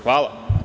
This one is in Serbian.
Hvala.